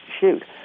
shoot